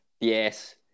Yes